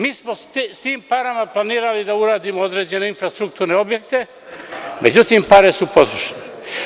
Mi smo sa tim parama planirali da uradimo određene infrastrukturne objekte, međutim pare su potrošene.